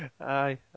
Aye